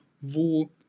Wo